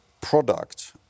product